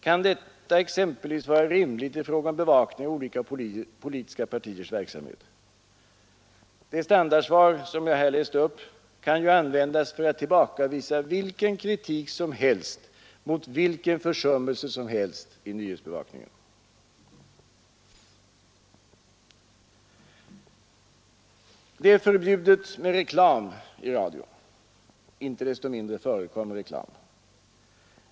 Kan detta exempelvis vara rimligt i fråga om bevakning av olika politiska partiers verksamhet? Det standardsvar jag här läste upp kan ju användas för att tillbakavisa vilken kritik som helst mot vilken försummelse som helst i nyhetsbevakningen. Det är förbjudet med reklam i radio. Inte desto mindre förekommer reklam.